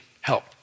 help